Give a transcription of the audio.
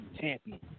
champion